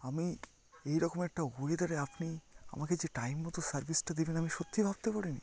আমি এই রকম একটা ওয়েদারে আপনি আমাকে যে টাইম মতো সার্ভিসটা দেবেন আমি সত্যি ভাবতে পারি নি